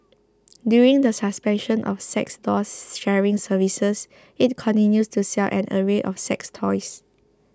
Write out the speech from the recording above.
despite the suspension of sex doll sharing services it continues to sell an array of sex toys